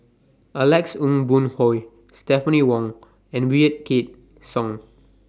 Alex Ong Boon Hau Stephanie Wong and Wykidd Song